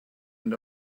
and